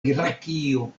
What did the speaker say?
grekio